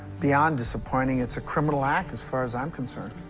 beyond disappointing it's a criminal act as far as i'm concerned.